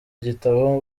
gitabo